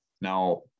Now